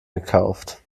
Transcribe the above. gekauft